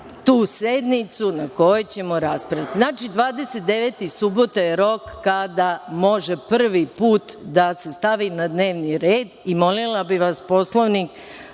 tu sednicu na kojoj ćemo raspraviti. Znači, 29. subota je rok kada može prvi put da se stavi na dnevni red. Molila bih vas, Poslovnik